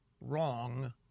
wrong